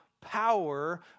power